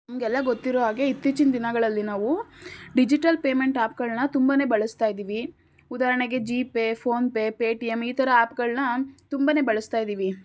ನಿಮಗೆಲ್ಲ ಗೊತ್ತಿರೋ ಹಾಗೆ ಇತ್ತೀಚಿನ ದಿನಗಳಲ್ಲಿ ನಾವು ಡಿಜಿಟಲ್ ಪೇಮೆಂಟ್ ಆ್ಯಪ್ಗಳನ್ನು ತುಂಬಾ ಬಳಸ್ತಾ ಇದ್ದೀವಿ ಉದಾಹರಣೆಗೆ ಜೀ ಪೇ ಫೋನ್ಪೇ ಪೇಟಿಯಮ್ ಈ ಥರ ಆ್ಯಪ್ಗಳನ್ನು ತುಂಬಾ ಬಳಸ್ತಾ ಇದ್ದೀವಿ